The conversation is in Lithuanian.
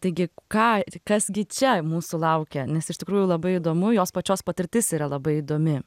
taigi ką kas gi čia mūsų laukia nes iš tikrųjų labai įdomu jos pačios patirtis yra labai įdomi